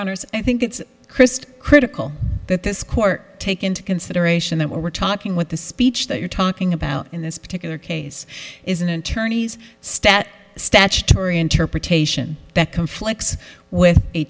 honour's i think it's christe critical that this court take into consideration that we're talking what the speech that you're talking about in this particular case is an attorney's stat statutory interpretation that conflicts with a